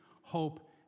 hope